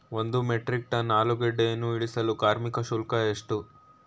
ಒಂದು metric ton ಆಲೂಗೆಡ್ಡೆಯನ್ನು ಇಳಿಸಲು ಕಾರ್ಮಿಕ ಶುಲ್ಕ ಎಷ್ಟು?